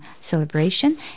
celebration